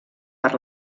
per